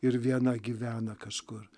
ir viena gyvena kažkur